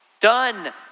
Done